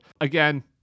Again